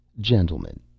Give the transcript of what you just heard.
Gentlemen